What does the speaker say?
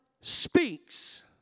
speaks